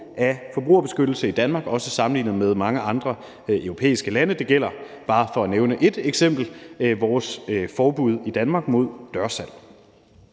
af forbrugerbeskyttelse i Danmark, også sammenlignet med mange andre europæiske lande. Det gælder – bare for at nævne et eksempel – vores forbud i Danmark mod dørsalg.